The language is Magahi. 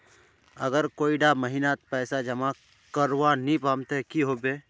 अगर कोई डा महीनात पैसा जमा करवा नी पाम ते की होबे?